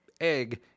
egg